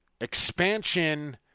expansion